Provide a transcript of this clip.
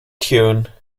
tune